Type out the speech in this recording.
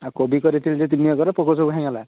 ଆଉ କୋବି କରିଥିଲି ଯେ ତିନି ଏକର ଆଉ ପୋକ ସବୁ ଖାଇଗଲା